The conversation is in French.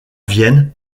vienne